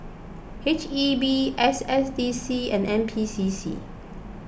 H E B S S D C and N P C C